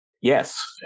Yes